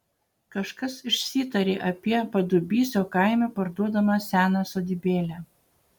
kažkas išsitarė apie padubysio kaime parduodamą seną sodybėlę